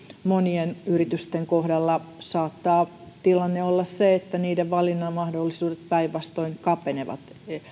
monien yritysten kohdalla saattaa tilanne olla se että niiden valinnanmahdollisuudet päinvastoin kapenevat